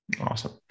awesome